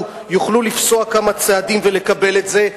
מחלקות יוכלו לפסוע כמה צעדים ולקבל את זה,